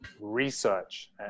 research